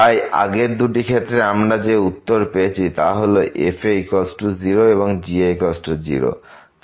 তাই আগের দুটি ক্ষেত্রে আমরা যে উত্তর পেয়েছি তা হল f 0 এবং g 0